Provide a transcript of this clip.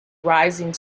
rising